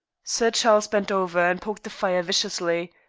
sir charles bent over and poked the fire viciously.